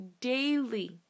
daily